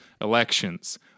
elections